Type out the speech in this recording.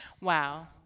wow